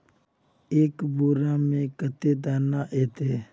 एक बोड़ा में कते दाना ऐते?